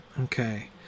Okay